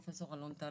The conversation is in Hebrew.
פרופ' אלון טל,